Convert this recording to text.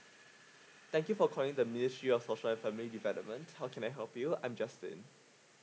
thank you for calling the ministry of social and family development how can I help you I'm justin